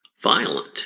violent